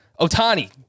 Otani